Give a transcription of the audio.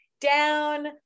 down